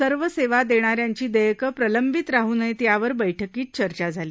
सर्व सेवा देणा यांची देयकं प्रलंबित राहू नयेत यावर बैठकीत चर्चा झाली